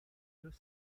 deux